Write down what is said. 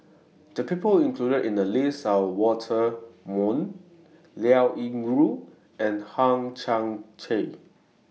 The People included in The list Are Walter Woon Liao Yingru and Hang Chang Chieh